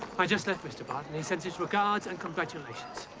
i just left mr. barton. he sends his regards and congratulations.